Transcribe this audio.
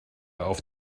auf